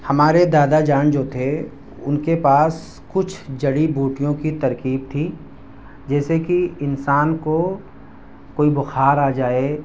ہمارے دادا جان جو تھے ان کے پاس کچھ جڑی بوٹیوں کی ترکیب تھی جیسے کہ انسان کو کوئی بخار آ جائے